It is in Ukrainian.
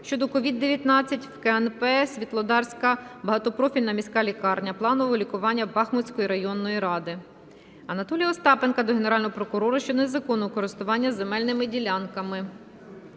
щодо COVID-19 в КНП "Світлодарська багатопрофільна міська лікарня планового лікування Бахмутської районної ради". Анатолія Остапенка до Генерального прокурора щодо незаконного користування земельними ділянками.